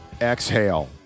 Exhale